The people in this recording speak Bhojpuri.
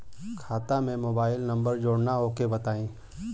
खाता में मोबाइल नंबर जोड़ना ओके बताई?